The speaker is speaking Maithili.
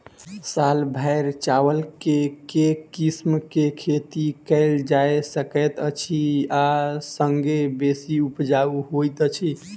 साल भैर चावल केँ के किसिम केँ खेती कैल जाय सकैत अछि आ संगे बेसी उपजाउ होइत अछि?